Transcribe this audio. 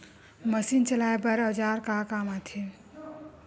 Machine चलाए बर औजार का काम आथे?